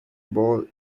bol